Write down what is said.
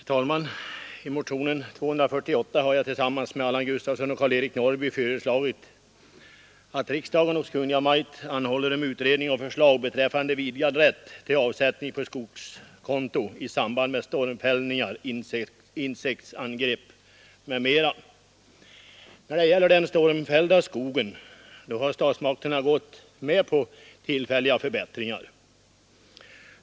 Herr talman! I motionen 248 har jag tillsammans med Allan Gustafsson och Karl-Eric Norrby föreslagit att riksdagen hos Kungl. Maj:t anhåller om utredning och förslag beträffande vidgad rätt till avsättning på skogskonto i samband med stormfällningar, insektsangrepp m.m. När det gäller den stormfällda skogen har statsmakterna gått med på tillfälliga förbättringar.